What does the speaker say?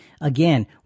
again